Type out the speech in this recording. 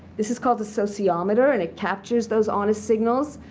this is called the sociometer and it captures those honest signals.